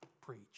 preach